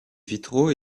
vitraux